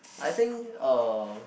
I think uh